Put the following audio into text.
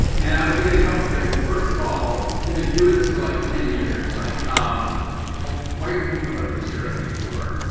and i was thinking a couple things. first of all, they've been doing this for like ten years. like um white people ever showed up before?